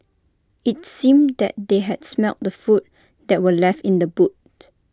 IT seemed that they had smelt the food that were left in the boot